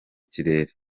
kirere